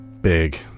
Big